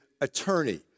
attorney